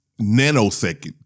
nanosecond